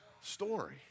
story